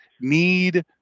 need